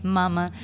mama